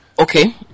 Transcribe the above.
Okay